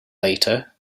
later